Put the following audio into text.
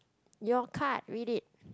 your card read it